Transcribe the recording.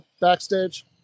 backstage